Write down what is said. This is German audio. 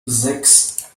sechs